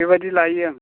बेबादि लायो आं